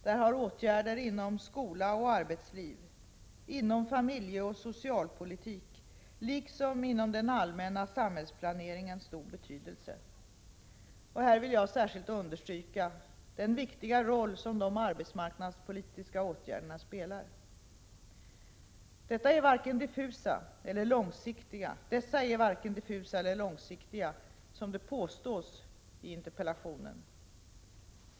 Här har åtgärder inom skola och arbetsliv, inom familjeoch socialpolitik liksom inom den allmänna samhällsplaneringen stor betydelse. Och här vill jag särskilt understyrka den viktiga roll som de arbetsmarknads politiska åtgärderna spelar. Dessa är varken diffusa eller långsiktiga, som det påstås i interpellationen.